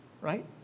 right